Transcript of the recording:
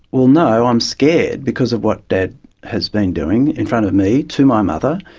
well no, i'm scared because of what dad has been doing in front of me to my mother,